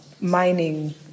mining